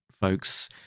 folks